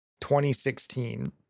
2016